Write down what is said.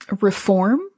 reform